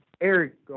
Eric